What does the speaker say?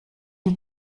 die